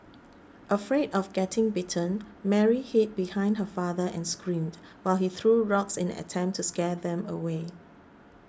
afraid of getting bitten Mary hid behind her father and screamed while he threw rocks in an attempt to scare them away